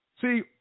See